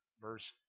verse